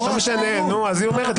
אז היא אומרת.